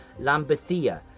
Lambethia